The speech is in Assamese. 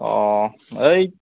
অঁ এই